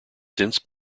since